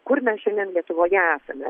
kur mes šiandien lietuvoje esame